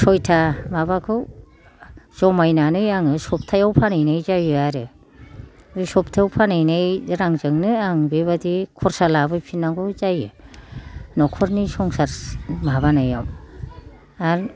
सयथा माबाखौ जमायनानै आङो सबथायाव फानहैनाय जायो आरो बे सबथायाव फानहैनाय रांजोंनो आं बेबादि खरसा लाबोफिनांगौ जायो नखरनि संसार माबानायाव आरो